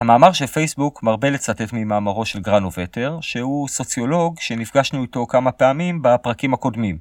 המאמר שפייסבוק מרבה לצטט ממאמרו של גרנווטר, שהוא סוציולוג שנפגשנו איתו כמה פעמים בפרקים הקודמים.